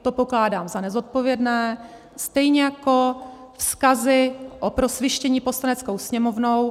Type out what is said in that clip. To pokládám za nezodpovědné, stejně jako vzkazy o prosvištění Poslaneckou sněmovnou.